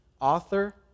author